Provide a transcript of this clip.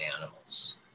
animals